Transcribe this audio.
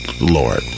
Lord